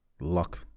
luck